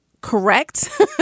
correct